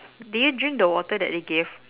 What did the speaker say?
did you drink the water that they gave